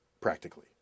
practically